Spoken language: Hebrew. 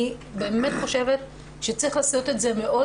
אני באמת חושבת שצריך לעשות את זה מאוד